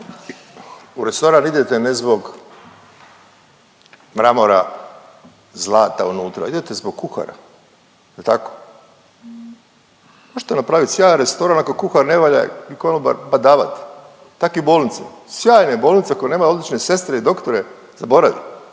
U restoran idete ne zbog mramora, zlata unutra, idete zbog kuhara, je li tako? Možete napraviti sjajan restoran, ako kuhar ne valja i konobar pa davati, tako i u bolnici, sjajne bolnice koje nemaju odlične sestre i doktore, zaboravi.